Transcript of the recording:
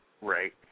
Right